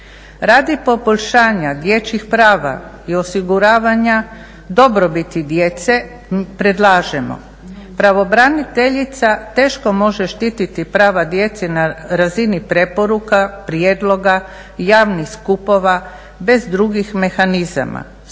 Radi poboljšanja dječjih prava i osiguravanja dobrobiti djece predlažemo, pravobraniteljica teško može štititi prava djece na razini preporuka, prijedloga, javnih skupova, bez drugih mehanizama